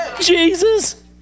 Jesus